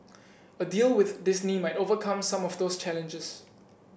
a deal with Disney might overcome some of those challenges